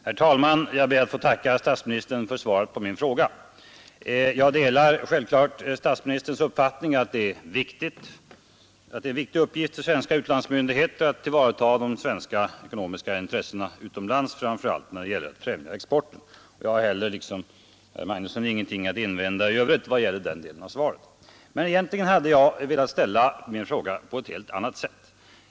Herr talman! Jag ber att få tacka statsministern för svaret på min enkla fråga. Jag delar självfallet statsministerns uppfattning att det är en viktig uppgift för svenska utlandsmyndigheter att tillvarata de svenska ekonomiska intressena utomlands, framför allt när det gäller att främja exporten. Jag har heller liksom herr Magnusson i Borås inte något att invända i övrigt vad gäller den delen av svaret. Men egentligen hade jag velat ställa min fråga på ett helt annat sätt.